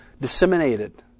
disseminated